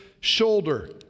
shoulder